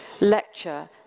lecture